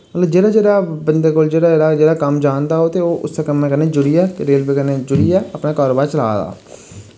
मतलब जेह्ड़ा जेह्ड़ा बंदे कोल जेह्ड़ा जेह्ड़ा जेह्ड़ा कम्म जानदा ओह् ते ओ उस्सै कम्मै कन्नै जुड़ियै रेलवे कन्नै जुड़ियै अपना कारोबार चलै दा